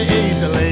easily